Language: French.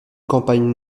campagne